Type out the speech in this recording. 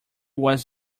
was